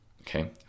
okay